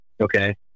Okay